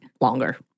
longer